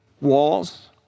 walls